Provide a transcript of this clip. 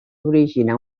originar